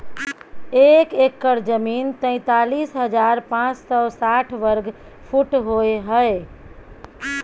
एक एकड़ जमीन तैंतालीस हजार पांच सौ साठ वर्ग फुट होय हय